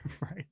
Right